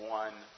one